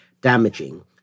damaging